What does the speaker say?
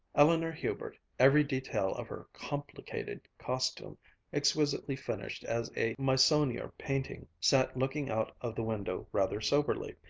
eleanor hubert, every detail of her complicated costume exquisitely finished as a meissonier painting, sat looking out of the window rather soberly,